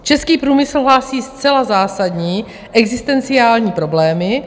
Český průmysl hlásí zcela zásadní existenciální problémy.